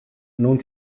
non